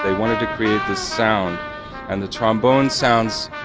ah wanted to create the sound and the trombone sounds.